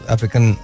African